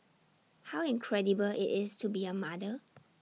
how incredible IT is to be A mother